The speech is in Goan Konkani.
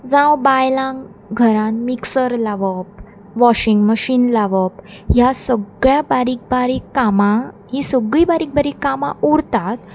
जावं बायलांक घरान मिक्सर लावप वॉशिंग मशीन लावप ह्या सगळ्या बारीक बारीक कामां हीं सगळीं बारीक बारीक कामां उरतात